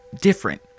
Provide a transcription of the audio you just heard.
different